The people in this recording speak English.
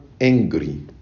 angry